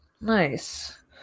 Nice